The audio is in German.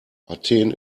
athen